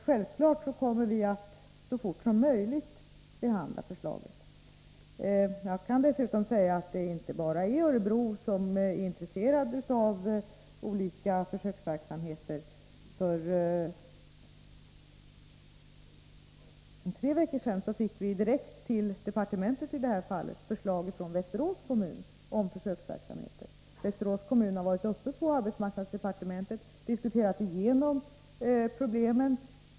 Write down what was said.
Självfallet kommer vi att så fort som möjligt behandla förslaget. Jag kan dessutom säga att det inte bara är Örebro som intresserar sig för olika försöksverksamheter. För tre veckor sedan fick vi direkt till departementet förslag från Västerås kommun om försöksverksamhet. Företrädare för Västerås kommun har varit uppe på arbetsmarknadsdepartementet och diskuterat igenom problemen.